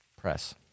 Press